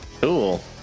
Cool